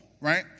right